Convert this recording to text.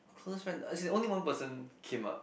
close friend as in only one person came up